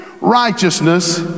righteousness